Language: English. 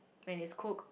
when it's cook